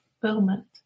fulfillment